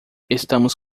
estamos